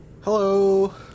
Hello